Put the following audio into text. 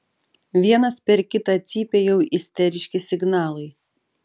vienas per kitą cypia jau isteriški signalai